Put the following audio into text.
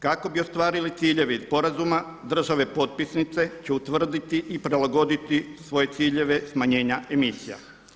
Kako bi ostvarili ciljeve iz sporazuma države potpisnice će utvrditi i prilagoditi svoje ciljeve smanjenja emisija.